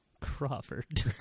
Crawford